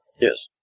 Yes